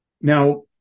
Now